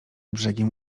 brzegiem